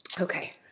Okay